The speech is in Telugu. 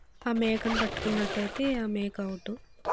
ఆ మేకను పట్టుకున్నట్లయితే ఆ మేక అవుటు